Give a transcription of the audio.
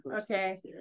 Okay